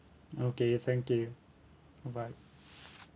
okay thank you bye bye